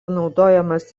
naudojamas